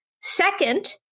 Second